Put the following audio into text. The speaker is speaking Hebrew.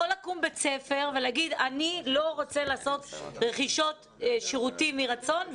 יכול לקום בית ספר ולהגיד: אני לא רוצה לעשות רכישות שירותים מרצון.